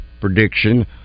prediction